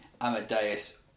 Amadeus